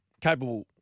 capable